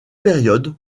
période